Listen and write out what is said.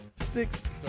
Sticks